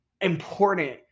important